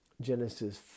Genesis